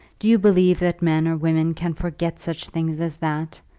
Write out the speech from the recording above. do you believe that men or women can forget such things as that?